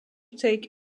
take